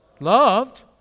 Loved